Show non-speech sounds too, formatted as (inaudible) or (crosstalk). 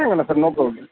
(unintelligible) sir no problem